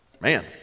Man